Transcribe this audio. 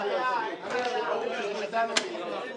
כמשמעותה בהוראות לפי סעיף 12 לחוק הסדרים